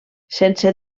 sense